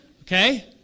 Okay